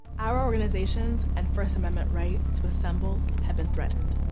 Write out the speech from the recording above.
our organizations and first amendment right to assemble have been threatened.